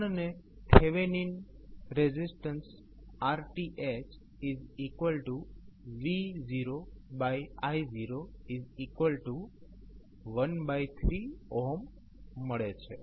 આપણને Thevenin resistance RThv0i013 મળે છે